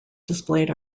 displayed